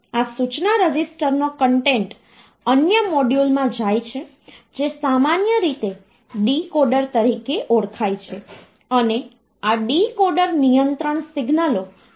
આ સૂચના રજીસ્ટર નો કન્ટેન્ટ અન્ય મોડ્યુલ માં જાય છે જે સામાન્ય રીતે ડીકોડર તરીકે ઓળખાય છે અને આ ડીકોડર નિયંત્રણ સિગ્નલો જનરેટ કરે છે